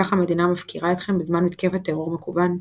כך המדינה מפקירה אתכם בזמן מתקפת טרור מקוון,